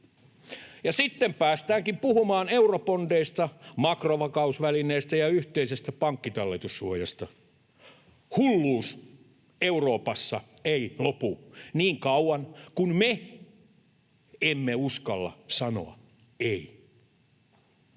sitten päästäänkin puhumaan eurobondeista, makrovakausvälineestä ja yhteisestä pankkitalletussuojasta. Hulluus Euroopassa ei lopu niin kauan kuin me emme uskalla sanoa ”ei”.